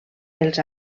els